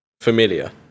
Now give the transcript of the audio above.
familiar